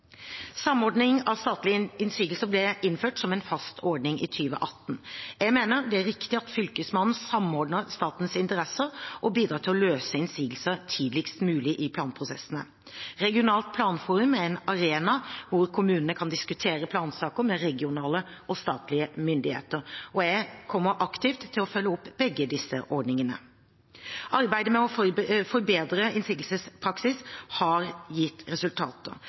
Samordning av statlige innsigelser ble innført som en fast ordning i 2018. Jeg mener det er riktig at Fylkesmannen samordner statens interesser og bidrar til å løse innsigelser tidligst mulig i planprosessene. Regionalt planforum er en arena der kommunene kan diskutere plansaker med regionale og statlige myndigheter. Jeg kommer aktivt til å følge opp begge disse ordningene. Arbeidet med å forbedre innsigelsespraksis har gitt resultater.